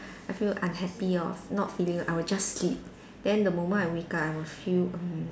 I feel unhappy or not feeling I will just sleep then the moment I wake up I will feel um